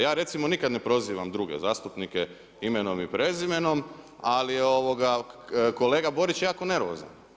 Ja recimo nikad ne prozivam druge zastupnike imenom i prezimenom, ali kolega Borić je jako nervozan.